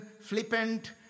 flippant